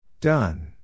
Done